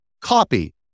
copy